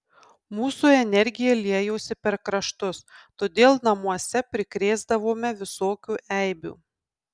mūsų energija liejosi per kraštus todėl namuose prikrėsdavome visokių eibių